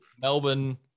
Melbourne